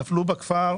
הן נפלו בכפר.